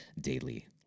daily